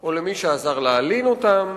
או למי שעזר להלין אותם,